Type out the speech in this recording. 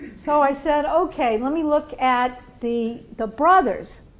so i said okay let me look at the the brothers.